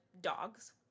dogs